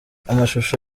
amashusho